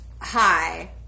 Hi